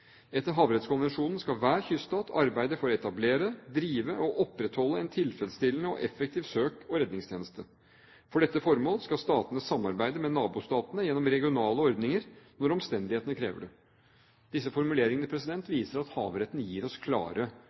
Etter Havrettskonvensjonen skal hver kyststat arbeide for å etablere, drive og opprettholde en tilfredsstillende og effektiv søke- og redningstjeneste. For dette formål skal statene samarbeide med nabostatene gjennom regionale ordninger når omstendighetene krever det. Disse formuleringene viser at havretten gir oss klare